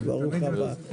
ברוך הבא.